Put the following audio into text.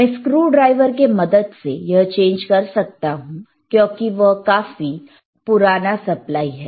मैं स्क्रुड्राइवर के मदद से यह चेंज कर सकता हूं क्यों यह काफि पुराना सप्लाई है